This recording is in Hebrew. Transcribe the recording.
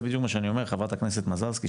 זה בדיוק מה שאני אומר חברת הכנסת מזרסקי,